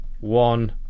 One